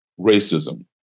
racism